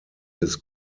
des